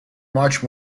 much